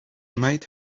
might